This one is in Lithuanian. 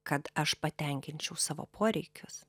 kad aš patenkinčiau savo poreikius